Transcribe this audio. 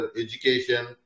education